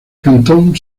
cantón